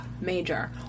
major